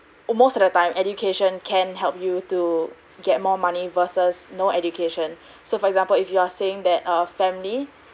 most at the time education can help you to get more money versus no education so for example if you are saying that a family